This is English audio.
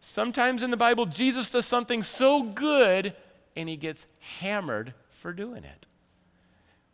sometimes in the bible jesus the something so good and he gets hammered for doing it